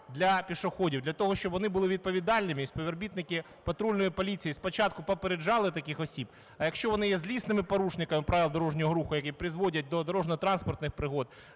для пішоходів, для того, щоб вони були відповідальними, і співробітники патрульної поліції спочатку попереджали таких осіб. А якщо вони є злісними порушниками правил дорожнього руху, які призводять до дорожньо-транспортних пригод